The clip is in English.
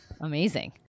Amazing